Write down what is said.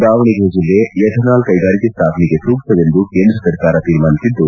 ದಾವಣಗೆರೆ ಜಿಲ್ಲೆ ಎಥೆನಾಲ್ ಕೈಗಾರಿಕೆ ಸ್ವಾಪನೆಗೆ ಸೂಕ್ತವೆಂದು ಕೇಂದ್ರ ಸರ್ಕಾರ ತೀರ್ಮಾನಿಸಿದ್ದು